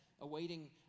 awaiting